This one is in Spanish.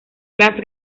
las